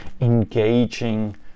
engaging